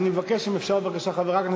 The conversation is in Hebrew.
גם ההצעה הזו עברה.